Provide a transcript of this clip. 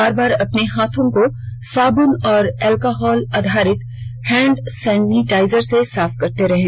बार बार अपने हाथों को साबन और एल्कोहल आधारित हैंड सैनेटाइजर से साफ करते रहें